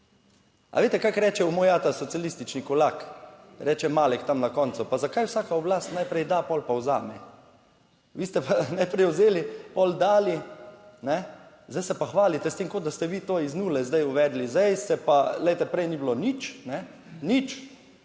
a veste, kako rečejo, moj ata, socialistični kulak reče malih, tam na koncu pa, zakaj vsaka oblast najprej da pol pa vzame, vi ste pa najprej vzeli, pol dali, ne, zdaj se pa hvalite s tem, kot da ste vi to iz nule zdaj uvedli. Zdaj se pa, glejte, prej ni bilo nič, ne nič,